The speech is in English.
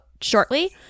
shortly